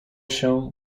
się